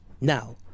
Now